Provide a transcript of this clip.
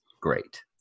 great